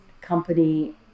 company